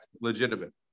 legitimate